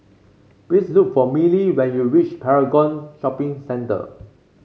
please look for Miley when you reach Paragon Shopping Centre